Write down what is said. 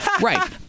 Right